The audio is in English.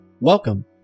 Welcome